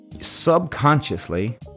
subconsciously